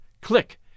click